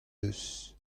deus